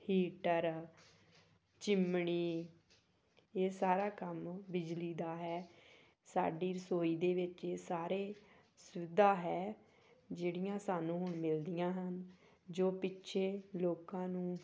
heater chimney ਇਹ ਸਾਰਾ ਕੰਮ ਬਿਜਲੀ ਦਾ ਹੈ ਸਾਡੀ ਰਸੋਈ ਦੇ ਵਿੱਚ ਸਾਰੇ ਸੁਵਿਧਾ ਹੈ ਜਿਹੜੀਆਂ ਸਾਨੂੰ ਹੁਣ ਮਿਲਦੀਆਂ ਹਨ ਜੋ ਪਿੱਛੇ ਲੋਕਾਂ ਨੂੰ